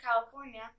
California